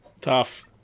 Tough